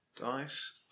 dice